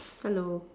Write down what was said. hello